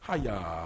Hiya